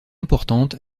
importante